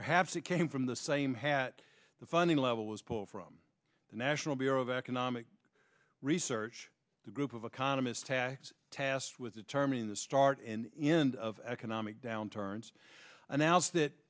perhaps it came from the same hat the funding level was pulled from the national bureau of economic research the group of economists tax tasked with determining the start and end of economic downturns announced that